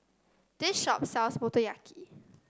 this shop sells Motoyaki